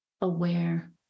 aware